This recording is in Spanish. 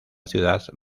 ciudad